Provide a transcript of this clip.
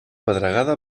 pedregada